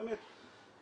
באמת,